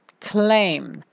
claim